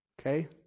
okay